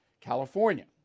California